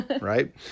right